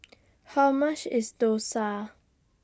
How much IS Dosa